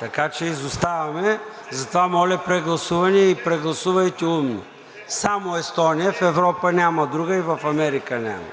Така че изоставаме. Затова, моля, прегласуване и прегласувайте умно. Само Естония, в Европа няма друга и в Америка няма.